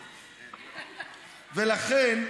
לכן,